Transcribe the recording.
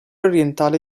orientale